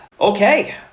Okay